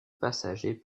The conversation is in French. passager